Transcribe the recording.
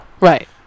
Right